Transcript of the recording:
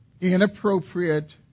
inappropriate